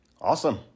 Awesome